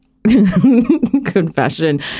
confession